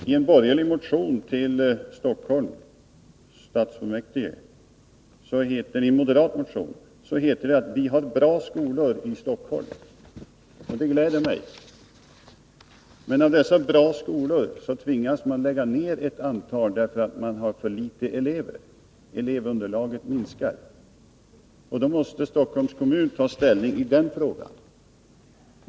I en moderat motion till Stockholms kommunfullmäktige heter det: Vi har bra skolor i Stockholm. Det gläder mig. Men av dessa bra skolor tvingas man lägga ned ett antal därför att man har för litet elever. Elevunderlaget minskar. Då måste Stockholms kommun ta ställning i den frågan.